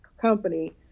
company